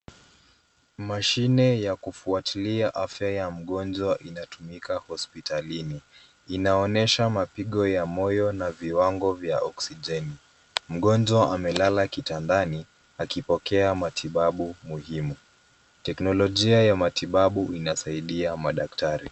Mashine ya kufuatilia afya ya mgonjwa inatumika hospitalini. Inaonyesha mapigo ya moyo na viwango vya oksijeni. Mgonjwa amelala kitandani akipokea matibabu muhimu. Teknolojia ya matibabu inasaidia madaktari.